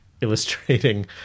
illustrating